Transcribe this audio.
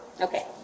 Okay